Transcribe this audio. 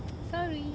sorry